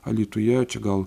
alytuje čia gal